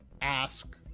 ask